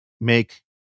make